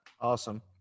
awesome